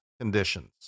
conditions